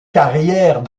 carrière